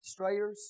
strayers